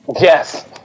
Yes